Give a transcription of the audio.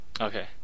Okay